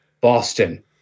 Boston